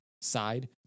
side